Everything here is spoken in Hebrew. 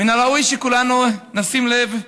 מן הראוי שכולנו נשים לב,